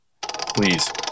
Please